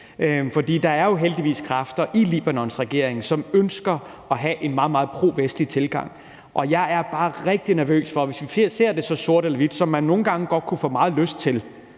der er jo heldigvis kræfter i Libanons regering, som ønsker at have en meget, meget provestlig tilgang, og hvis vi ser det så sort-hvidt, som man nogle gange godt kunne få meget lyst til